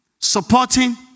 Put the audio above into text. Supporting